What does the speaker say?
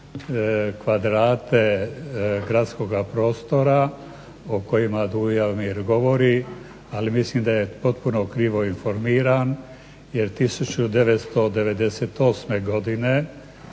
kvadrate gradskoga prostora o kojima Dujomir govori, ali mislim da je potpuno krivo informiran jer 1998. godine